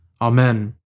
Amen